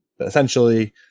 Essentially